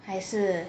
还是